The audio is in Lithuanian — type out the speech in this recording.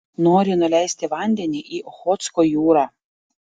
nori nuleisti vandenį į ochotsko jūrą